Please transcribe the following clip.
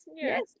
Yes